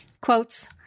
Quotes